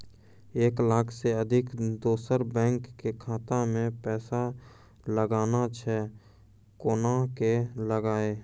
एक लाख से अधिक दोसर बैंक के खाता मे पैसा लगाना छै कोना के लगाए?